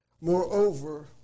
Moreover